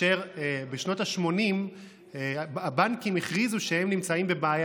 בשנות ה-80 הבנקים הכריזו שהם נמצאים בבעיה,